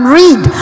read